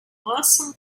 awesome